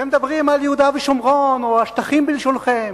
ומדברים על יהודה ושומרון, או "השטחים", בלשונכם.